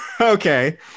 Okay